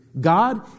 God